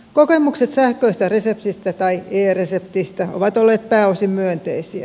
kokemukset sähköisestä reseptistä tai e reseptistä ovat olleet pääosin myönteisiä